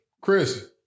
Chris